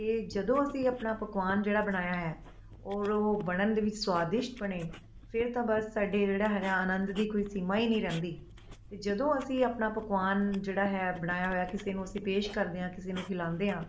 ਅਤੇ ਜਦੋਂ ਅਸੀਂ ਆਪਣਾ ਪਕਵਾਨ ਜਿਹੜਾ ਬਣਾਇਆ ਹੈ ਔਰ ਉਹ ਬਣਨ ਦੇ ਵਿੱਚ ਸਵਾਦਿਸ਼ਟ ਬਣੇ ਫਿਰ ਤਾਂ ਬਸ ਸਾਡੇ ਜਿਹੜਾ ਹੈਗਾ ਅਨੰਦ ਦੀ ਕੋਈ ਸੀਮਾ ਹੀ ਨਹੀਂ ਰਹਿੰਦੀ ਅਤੇ ਜਦੋ ਅਸੀਂ ਆਪਣਾ ਪਕਵਾਨ ਜਿਹੜਾ ਹੈ ਬਣਾਇਆ ਹੋਇਆ ਕਿਸੇ ਨੂੰ ਅਸੀਂ ਪੇਸ਼ ਕਰਦੇ ਹਾਂ ਕਿਸੇ ਨੂੰ ਖਿਲਾਂਦੇ ਹਾਂ